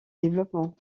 développement